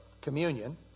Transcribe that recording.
communion